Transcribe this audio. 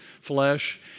flesh